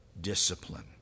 discipline